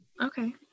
Okay